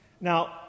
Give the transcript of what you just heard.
Now